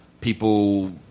people